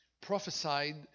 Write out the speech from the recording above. prophesied